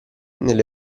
nelle